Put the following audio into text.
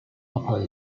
upper